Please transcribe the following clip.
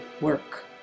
work